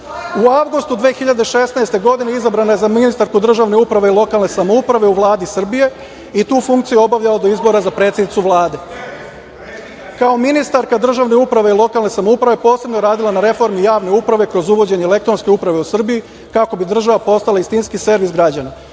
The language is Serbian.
avgustu 2016. godine izabrana je za ministarku državne uprave i lokalne samouprave u Vladi Srbije i tu funkciju obavljala do izbora za predsednicu Vlade. Kao ministarka državne uprave i lokalne samouprave posebno je radila na reformi javne uprave kroz uvođenje elektronske uprave u Srbiji kako bi država postala istinski servis građana.